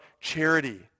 charity